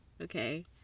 okay